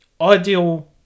ideal